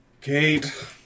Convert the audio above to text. Kate